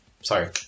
Sorry